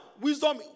wisdom